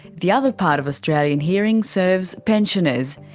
the other part of australian hearing serves pensioners,